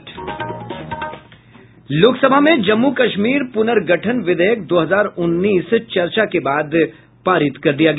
लोकसभा में जम्मू कश्मीर पुनर्गठन विधेयक दो हजार उन्नीस चर्चा के बाद पारित कर दिया गया